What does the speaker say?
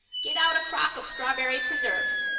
get out a crock of strawberry preserves,